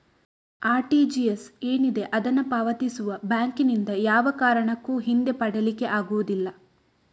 RTGS ಏನಿದೆ ಅದನ್ನ ಪಾವತಿಸುವ ಬ್ಯಾಂಕಿನಿಂದ ಯಾವ ಕಾರಣಕ್ಕೂ ಹಿಂದೆ ಪಡೀಲಿಕ್ಕೆ ಆಗುದಿಲ್ಲ